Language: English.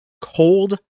cold